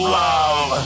love